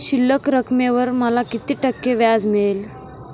शिल्लक रकमेवर मला किती टक्के व्याज मिळेल?